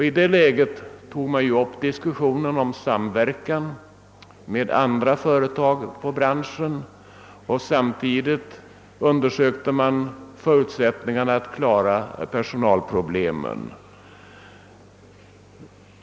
I detta läge tog man upp diskussioner om samverkan med andra företag i branschen och samtidigt undersökte man förutsättningarna för att klara personalproblemen.